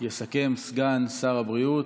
סגן שר הבריאות.